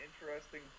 interesting